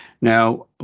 Now